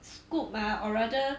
scoop ah or rather